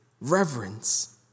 reverence